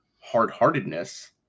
hard-heartedness